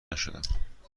نشدم